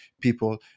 people